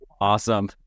Awesome